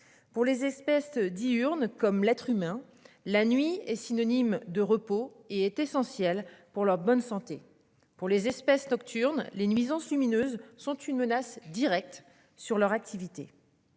Pour les espèces dis urnes comme l'être humain. La nuit est synonyme de repos et est essentiel pour la bonne santé pour les espèces nocturnes les nuisances lumineuses sont une menace directe sur leur activité.